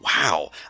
Wow